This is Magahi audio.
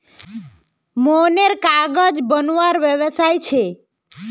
मोहनेर कागज बनवार व्यवसाय छे